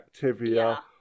Activia